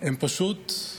שהם פשוט,